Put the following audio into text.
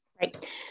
Right